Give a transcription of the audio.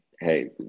Hey